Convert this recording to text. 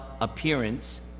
appearance